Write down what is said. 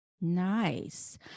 Nice